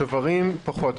השוברים פחות,